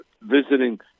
visiting